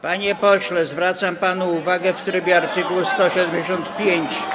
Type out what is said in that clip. Panie pośle, zwracam panu uwagę w trybie art. 175.